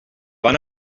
van